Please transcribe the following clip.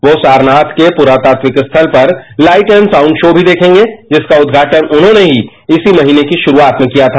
वह सारनाथ के पुराताविक स्थल पर लाइट एन्ड साउंड शो भी देखेंगे जिसका उद्घाटन उन्होंने ही इसी महीने की शुरुआत में किया था